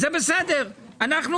לא